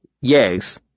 yes